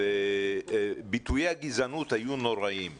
ביטויי הגזענות היו נוראיים שם.